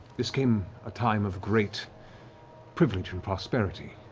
thus came a time of great privilege and prosperity.